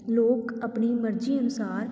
ਲੋਕ ਆਪਣੀ ਮਰਜੀ ਅਨੁਸਾਰ